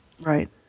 right